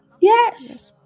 Yes